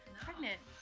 pregnant.